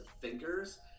thinkers